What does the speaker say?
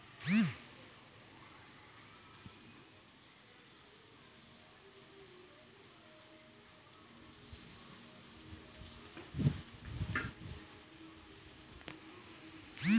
उधारी लै बाला के लेली कर्जा के नयका रस्ता सेहो खुलि जाय छै